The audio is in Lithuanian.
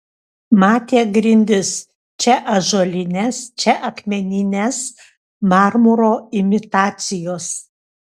matė grindis čia ąžuolines čia akmenines marmuro imitacijos